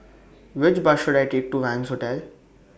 Which Bus should I Take to Wangz Hotel